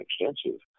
extensive